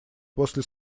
после